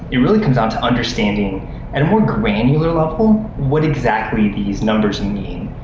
it really comes down to understanding at a more granular level what exactly these numbers and mean.